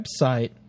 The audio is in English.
website